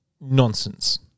nonsense